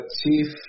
chief